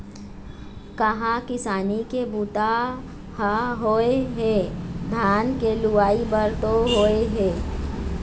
कहाँ किसानी के बूता ह होए हे, धान के लुवई भर तो होय हे